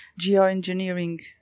geoengineering